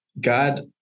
God